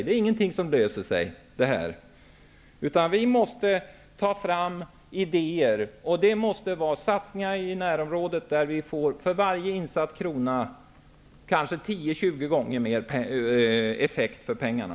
Detta är ingenting som löser sig av sig själv. Vi måste ta fram idéer. Det måste vara satsningar i närområdet där vi för varje insatt krona kanske får 10--20 gånger mer effekt för pengarna.